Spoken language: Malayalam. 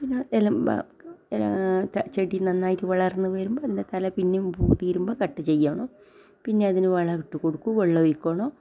പിന്നെ എ എല്ലം ചെടി നന്നായിട്ട് വളർന്ന് വരുമ്പോൾ അതിൻ്റെ തല പിന്നെ കട്ട് ചെയ്യാണ് പിന്നെ അതിന് വളം ഇട്ടു കൊടുക്കു വെള്ളം ഒഴിക്കണു